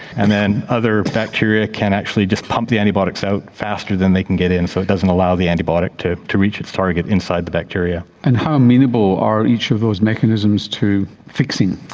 and then other bacteria can actually just pump the antibiotics out faster than they can get in, so it doesn't allow the antibiotic to to reach its target inside the bacteria. and how amenable are each of those mechanisms to fixing?